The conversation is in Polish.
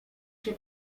się